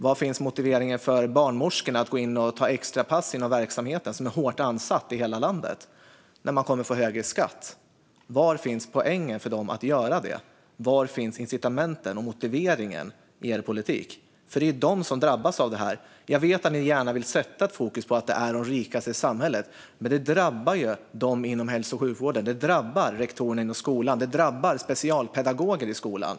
Var finns motiveringen för barnmorskorna att gå in och ta extrapass inom en verksamhet som är hårt ansatt i hela landet? Då kommer man ju att få högre skatt. Var finns poängen för dem att göra detta? Var finns incitamenten och motiveringen i er politik? Det är ju dessa personer som drabbas av detta. Jag vet att ni gärna vill sätta fokus på de rikaste i samhället, men det drabbar dem som jobbar inom hälso och sjukvården. Det drabbar rektorerna i skolan. Det drabbar specialpedagoger i skolan.